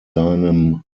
seinem